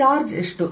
charge ಎಷ್ಟು